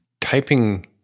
typing